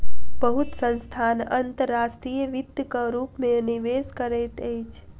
बहुत संस्थान अंतर्राष्ट्रीय वित्तक रूप में निवेश करैत अछि